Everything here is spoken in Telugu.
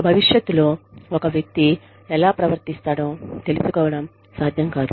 భవిష్యత్తులో ఒక వ్యక్తి ఎలా ప్రవర్తిస్తాడో తెలుసుకోవడం సాధ్యం కాదు